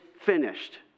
finished